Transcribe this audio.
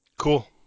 Cool